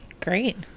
great